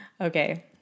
Okay